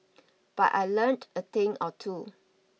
but I learnt a thing or two